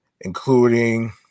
including